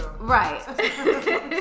Right